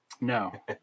No